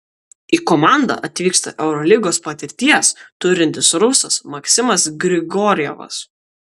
į komandą atvyksta eurolygos patirties turintis rusas maksimas grigorjevas